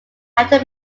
after